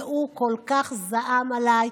והוא כל כך זעם עליי.